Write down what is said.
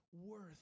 worth